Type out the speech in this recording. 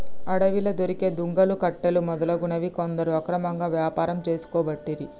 అడవిలా దొరికే దుంగలు, కట్టెలు మొదలగునవి కొందరు అక్రమంగా వ్యాపారం చేసుకోబట్టిరి